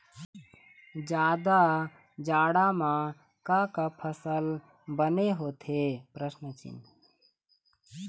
जादा जाड़ा म का का फसल बने होथे?